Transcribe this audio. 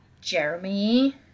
Jeremy